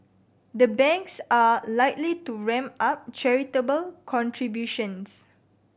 the banks are likely to ramp up charitable contributions